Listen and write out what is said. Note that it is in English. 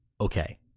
okay